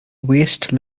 waste